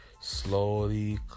slowly